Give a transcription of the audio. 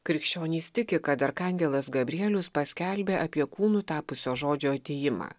krikščionys tiki kad arkangelas gabrielius paskelbė apie kūnu tapusio žodžio atėjimą